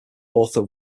author